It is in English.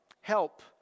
help